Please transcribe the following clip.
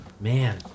Man